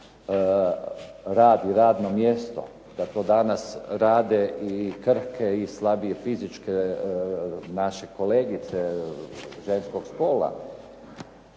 rad i radno mjesto, da to danas rade i krhke i slabije fizičke naše kolegice ženskog spola.